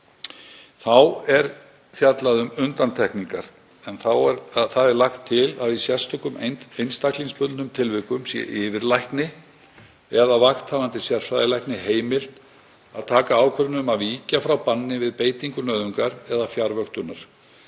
Þá er fjallað um undantekningar en lagt er til að í sérstökum einstaklingsbundnum tilvikum sé yfirlækni eða vakthafandi sérfræðilækni heimilt að taka ákvörðun um að víkja frá banni við beitingu nauðungar eða fjarvöktunar.